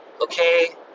okay